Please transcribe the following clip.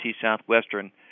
Southwestern